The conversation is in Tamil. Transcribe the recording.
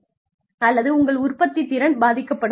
அல்லது உங்கள் உற்பத்தி திறன் பாதிக்கப்படும்